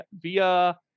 via